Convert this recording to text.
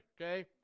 Okay